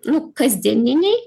nu kasdieniniai